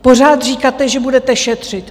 Pořád říkáte, že budete šetřit.